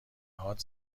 هات